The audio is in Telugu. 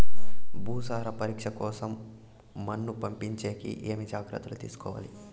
భూసార పరీక్ష కోసం మన్ను పంపించేకి ఏమి జాగ్రత్తలు తీసుకోవాలి?